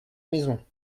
maison